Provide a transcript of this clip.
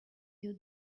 you